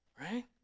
Right